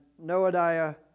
Noadiah